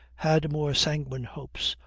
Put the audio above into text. had more sanguine hopes,